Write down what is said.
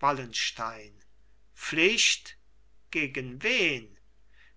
wallenstein pflicht gegen wen